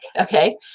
Okay